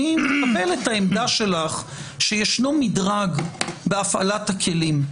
אני מקבל את עמדתך שיש מדרג בהפעלת הכלים.